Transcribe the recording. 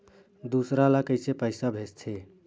दूसरा ला कइसे पईसा भेजथे?